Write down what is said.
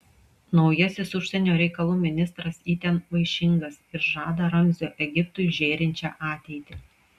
naujasis užsienio reikalų ministras itin vaišingas ir žada ramzio egiptui žėrinčią ateitį